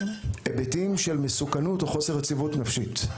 היבטים של מסוכנות או חוסר יציבות נפשית.